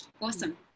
awesome